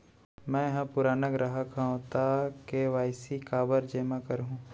मैं ह पुराना ग्राहक हव त के.वाई.सी काबर जेमा करहुं?